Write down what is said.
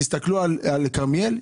תסתכלו על כרמיאל,